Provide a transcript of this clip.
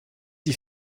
die